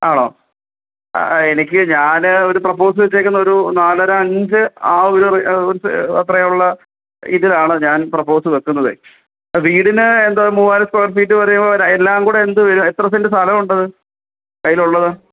ആണോ എനിക്ക് ഞാൻ ഒരു പ്രൊപ്പോസൽ വെച്ചിരിക്കുന്നത് ഒരു നാലര അഞ്ച് ആ ഒരു റെ അത്രയും ഉള്ള ഇതിലാണ് ഞാൻ പ്രൊപ്പോസൽ വയ്ക്കുന്നതേ വീടിന് എന്തുവാ മൂവായിരം സ്ക്വയർ ഫീറ്റ് വരെയോ എല്ലാം കൂടെ എന്ത് വരും എത്ര സെൻറ് സ്ഥലം ഉണ്ടത് കയ്യിൽ ഉള്ളത്